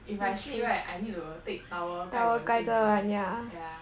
if I sleep right I need to take towel 盖我的镜子 yeah